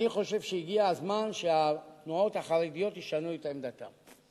אני חושב שהגיע הזמן שהתנועות החרדיות ישנו את עמדתן.